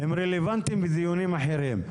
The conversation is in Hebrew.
הם רלוונטיים לדיונים אחרים.